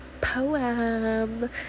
poem